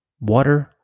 Water